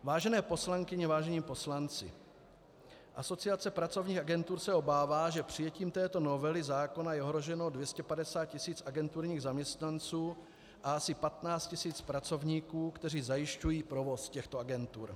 Vážené poslankyně, vážení poslanci, Asociace pracovních agentur se obává, že přijetím této novely zákona je ohroženo 250 tisíc agenturních zaměstnanců a asi 15 000 pracovníků, kteří zajišťují provoz těchto agentur.